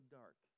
dark